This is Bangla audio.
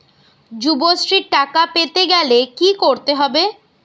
যুবশ্রীর টাকা পেতে গেলে কি করতে হবে?